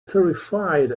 terrified